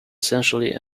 essentially